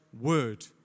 word